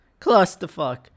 Clusterfuck